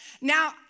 Now